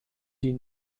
die